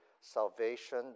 Salvation